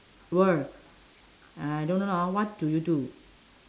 world I don't know what do you do